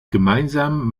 gemeinsam